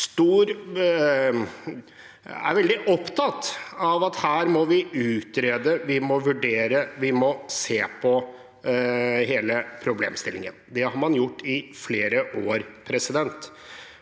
er veldig opptatt av at vi her må utrede, vi må vurdere, vi må se på hele problemstillingen. Det har man gjort i flere år. Vi